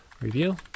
review